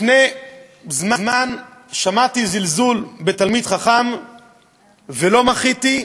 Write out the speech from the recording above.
לפני זמן שמעתי זלזול בתלמיד חכם ולא מחיתי,